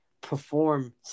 perform